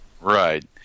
Right